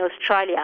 Australia